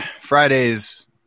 Fridays